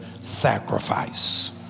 sacrifice